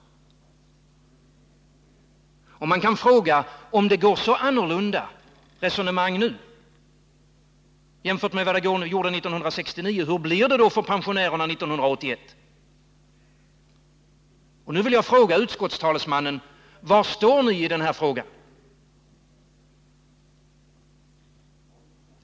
Och man kan ställa frågan: Om resone Översyn av ATP mangen går så annorlunda nu jämfört med 1969, hur blir det då för pensionärerna 1981? Jag vill fråga utskottstalesmannen: Var står ni i den här frågan?